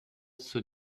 zur